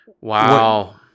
Wow